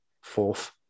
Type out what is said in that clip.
fourth